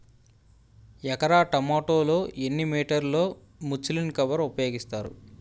ఎకర టొమాటో లో ఎన్ని మీటర్ లో ముచ్లిన్ కవర్ ఉపయోగిస్తారు?